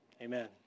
Amen